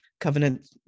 covenant